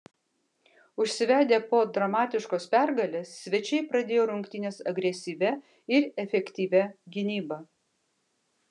užsivedę po dramatiškos pergalės svečiai pradėjo rungtynes agresyvia ir efektyvia gynyba